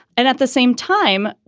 and at the same time,